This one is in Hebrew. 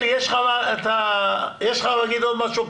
עלי, אתה רוצה להגיד עוד משהו?